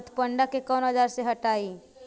गत्पोदा के कौन औजार से हटायी?